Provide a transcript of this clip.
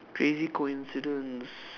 crazy coincidence